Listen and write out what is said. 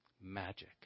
magic